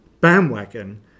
bandwagon